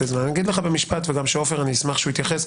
ואשמח שגם עופר יתייחס,